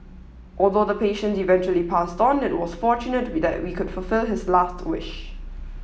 although the patient eventually passed on it was fortunate that we could fulfil his last wish